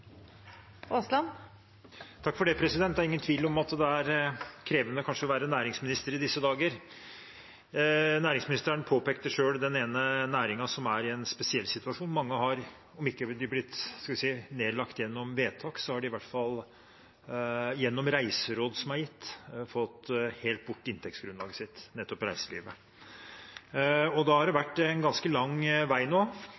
krevende å være næringsminister i disse dager. Næringsministeren påpekte selv den ene næringen som er i en spesiell situasjon. Om de ikke har blitt nedlagt gjennom vedtak, så har mange i hvert fall gjennom reiseråd som er gitt, fått tatt bort hele inntektsgrunnlaget sitt, nemlig reiselivet. Det har vært en ganske lang vei nå – på to og en halv uke – som er usikker nettopp for reiselivet, og